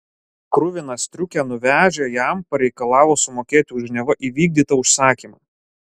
kruviną striukę nuvežę jam pareikalavo sumokėti už neva įvykdytą užsakymą